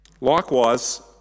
Likewise